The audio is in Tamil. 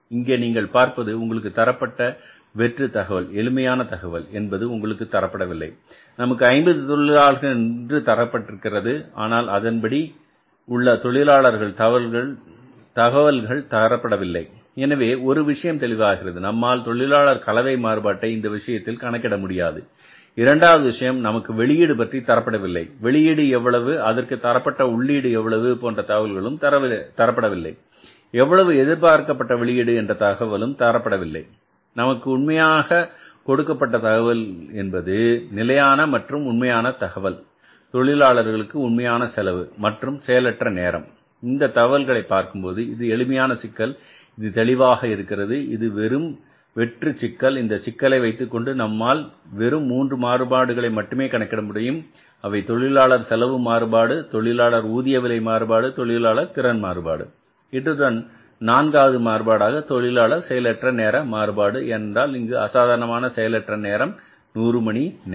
இங்கே நீங்கள் பார்ப்பது உங்களுக்குத் தரப்பட்ட வெற்று தகவல் எளிமையான தகவல் என்பது உங்களுக்கு தரப்படவில்லை நமக்கு 50 தொழிலாளர்கள் என்பது தரப்பட்டிருக்கிறது ஆனால் அதன் பிரிவு படி உள்ள தொழிலாளர் தகவல் தரப்படவில்லை எனவே ஒரு விஷயம் தெளிவாகிறது நம்மால் தொழிலாளர் கலவை மாறுபாட்டை இந்த விஷயத்தில் கணக்கிட முடியாது இரண்டாவது விஷயம் நமக்கு வெளியீடு பற்றி தரப்படவில்லை வெளியீடு எவ்வளவு அதற்கு தரப்பட்ட உள்ளீடு எவ்வளவு போன்ற தகவல்கள் தரப்படவில்லை எவ்வளவு எதிர்பார்க்கப்பட்ட வெளியீடு என்ற தகவலும் தரப்படவில்லை நமக்கு உண்மையாக கொடுக்கப்பட்ட தகவல் என்பது நிலையான மற்றும் உண்மையான தகவல் தொழிலாளர்களுக்கு உண்மையான செலவு மற்றும் செயலற்ற நேரம் இந்த தகவல்களை பார்க்கும்போது இது எளிமையான சிக்கல் இது தெளிவாக இருக்கிறது இது ஒரு வெற்று சிக்கல் இந்த சிக்கலை வைத்துக்கொண்டு நம்மால் வெறும் மூன்று மாறுபாடுகளை மட்டுமே கணக்கிட முடியும் அவை தொழிலாளர் செலவு மாறுபாடு தொழிலாளர் ஊதிய விலை மாறுபாடு தொழிலாளர் திறன் மாறுபாடு இத்துடன் நான்காவது மாறுபாடாக தொழிலாளர் செயலற்ற நேர மாறுபாடு ஏனென்றால் இங்கு அசாதாரணமான செயலற்ற நேரம் 100 மணி நேரம்